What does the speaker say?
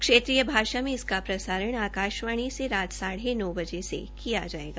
क्षेत्रीय भाषा में इसका प्रसारण आकाशवाणी से रात साढे नौ बजे किया जायेगा